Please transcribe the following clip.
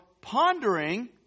pondering